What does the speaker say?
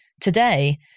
today